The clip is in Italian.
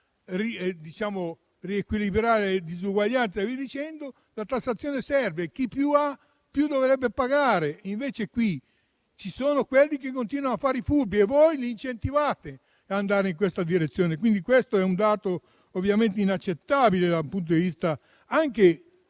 riequilibrio delle disuguaglianze, la tassazione serve; chi più ha, più dovrebbe pagare. Invece qui ci sono quelli che continuano a fare i furbi e voi li incentivate ad andare in questa direzione. Questo è un dato inaccettabile dal punto di vista del